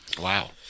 Wow